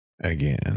Again